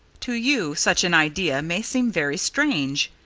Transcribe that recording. to you such an idea may seem very strange.